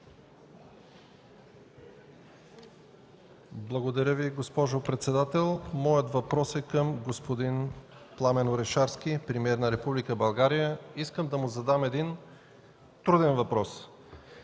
Благодаря Ви, госпожо председател. Въпросът ми е към господин Пламен Орешарски – премиер на Република България. Искам да му задам труден въпрос.